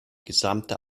gesamte